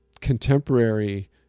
contemporary